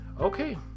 Okay